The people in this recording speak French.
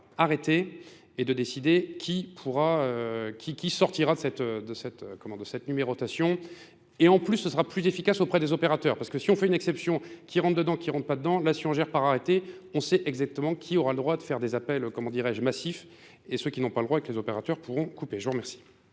arrêté et de décider qui sortira de cette numérotation. Et en plus, ce sera plus efficace auprès des opérateurs. Parce que si on fait une exception qui rentre dedans et qui ne rentre pas dedans, là si on gère par arrêté, on sait exactement qui aura le droit de faire des appels massifs et ceux qui n'ont pas le droit et que les opérateurs pourront couper. Je vous remercie.